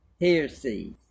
heresies